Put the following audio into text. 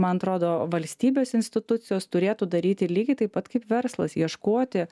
man atrodo valstybės institucijos turėtų daryti lygiai taip pat kaip verslas ieškoti